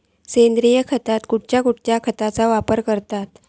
सेंद्रिय शेतात खयच्या खयच्या खतांचो वापर करतत?